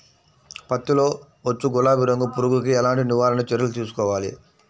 పత్తిలో వచ్చు గులాబీ రంగు పురుగుకి ఎలాంటి నివారణ చర్యలు తీసుకోవాలి?